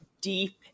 deep